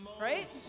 right